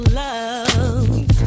love